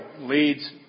leads